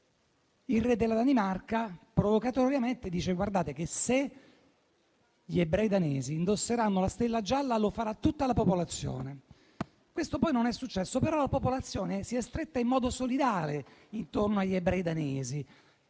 Il re della Danimarca provocatoriamente dice che se gli ebrei danesi indosseranno la stella gialla, lo farà tutta la popolazione. Questo poi non è successo, però la popolazione si è stretta in modo solidale intorno agli ebrei danesi